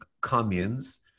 communes